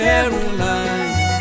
Caroline